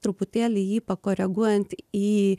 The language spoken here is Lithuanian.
truputėlį jį pakoreguojant į